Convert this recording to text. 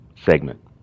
Segment